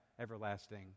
everlasting